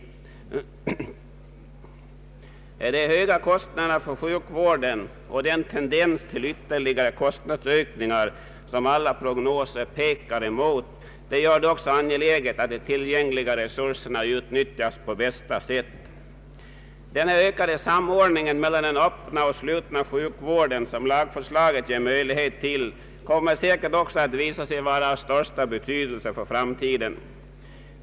De höga kostnaderna för sjukvården och den tendens till ytterligare kostnadsökningar som alla prognoser pekar mot gör det också an geläget att de tillgängliga resurserna utnyttjas på bästa sätt. Den ökade samordningen mellan den öppna och slutna sjukvården, som lagförslaget ger möjlighet till, kommer säkert att visa sig vara av största betydelse för framtiden.